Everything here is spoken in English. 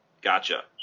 Gotcha